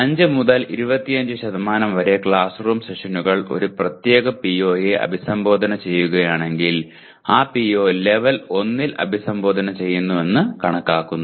5 മുതൽ 25 വരെ ക്ലാസ്റൂം സെഷനുകൾ ഒരു പ്രത്യേക PO യെ അഭിസംബോധന ചെയ്യുകയാണെങ്കിൽ ആ PO ലെവൽ 1 ൽ അഭിസംബോധന ചെയ്യുന്നുവെന്ന് കണക്കാക്കുന്നു